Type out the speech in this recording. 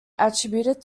attributed